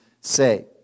say